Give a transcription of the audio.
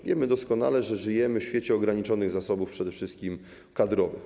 Wiemy doskonale, że żyjemy w świecie ograniczonych zasobów, przede wszystkim kadrowych.